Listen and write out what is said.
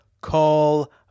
Call